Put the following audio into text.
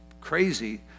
crazy